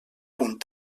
punt